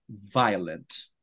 violent